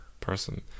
person